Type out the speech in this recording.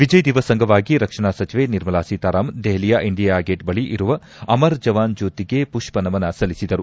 ವಿಜಯ ದಿವಸ್ ಅಂಗವಾಗಿ ರಕ್ಷಣಾ ಸಚಿವೆ ನಿರ್ಮಲ ಸೀತಾರಾಮನ್ ದೆಹಲಿಯ ಇಂಡಿಯಾ ಗೇಟ್ ಬಳಿ ಇರುವ ಅಮರ್ ಜವಾನ್ ಜ್ಯೋತಿಗೆ ಮಷ್ಷ ನಮನ ಸಲ್ಲಿಸಿದರು